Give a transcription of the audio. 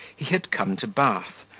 he had come to bath,